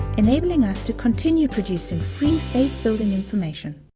enabling us to continue producing free, faith building information.